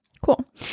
Cool